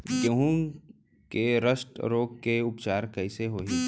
गेहूँ के रस्ट रोग के उपचार कइसे होही?